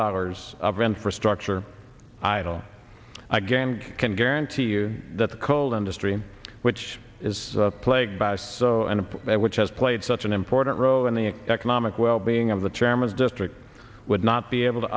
dollars of infrastructure idle again i can guarantee you that the coal industry which is plagued by so and which has played such an important role in the economic well being of the chairman's district would not be able to